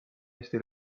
hästi